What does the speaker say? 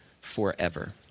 forever